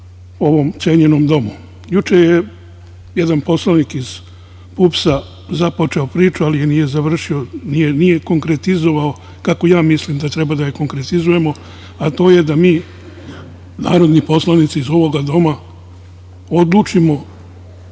ovom cenjenom Domu. Juče je jedan poslanik, iz PUPS-a, započeo priču, ali je nije završio. Nije konkretizovao, kako ja mislim da treba da je konkretizujemo, a to je da mi, narodni poslanici, iz ovoga doma, odlučimo